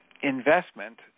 investment